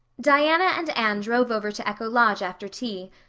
diana and anne drove over to echo lodge after tea,